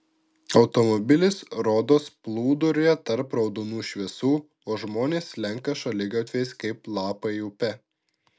automobilis rodos plūduriuoja tarp raudonų šviesų o žmonės slenka šaligatviais kaip lapai upe